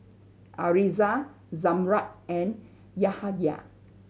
Arissa Zamrud and Yahaya